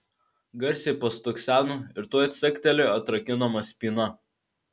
garsiai pastukseno ir tuoj caktelėjo atrakinama spyna